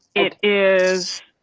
it is.